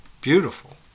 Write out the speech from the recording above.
beautiful